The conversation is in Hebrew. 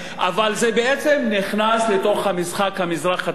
אבל זה בעצם נכנס לתוך המשחק המזרח-תיכוני,